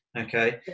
Okay